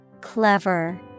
Clever